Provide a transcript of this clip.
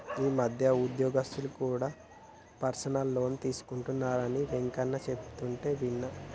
ఈ మధ్య ఉద్యోగస్తులు కూడా పర్సనల్ లోన్ తీసుకుంటున్నరని వెంకన్న చెబుతుంటే విన్నా